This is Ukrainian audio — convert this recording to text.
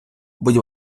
будь